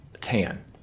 tan